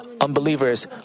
unbelievers